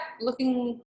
looking